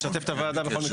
לשתף את הוועדה בכל מקרה.